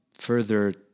further